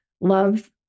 love